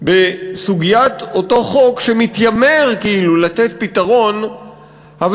בסוגיית אותו חוק שמתיימר כאילו לתת פתרון אבל